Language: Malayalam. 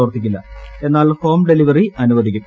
പ്രവർത്തിക്കില്ല എന്നാർജ് ഹോം ഡെലിവറി അനുവദിക്കും